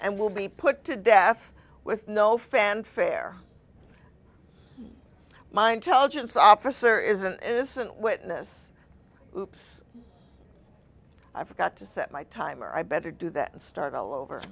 and will be put to death with no fanfare my intelligence officer is an innocent witness hoops i forgot to set my timer i better do that and start all over